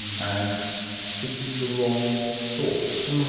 and thinking the wrong thoughts.